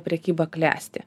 prekyba klesti